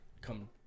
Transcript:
come